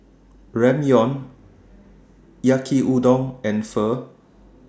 Ramyeon Yaki Udon and Pho